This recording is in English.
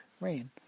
rain